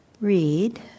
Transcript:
read